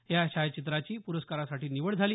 या छायाचित्राची प्रस्कारासाठी निवड झाली